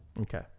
Okay